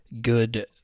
good